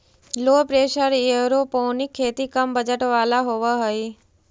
लो pressure aeroponic खेती कम budget वाला होव हई